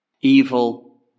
Evil